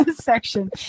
section